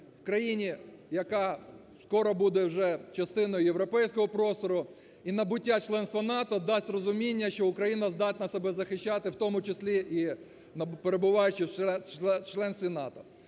в країні, яка скоро буде вже частиною європейського простору. І набуття членства НАТО дасть розуміння, що Україна здатна себе захищати, в тому числі і перебуваючи в членстві НАТО.